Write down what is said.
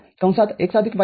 z x y